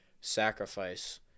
sacrifice